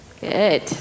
good